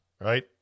right